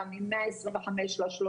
וכן במהירות יותר ביחס לשנת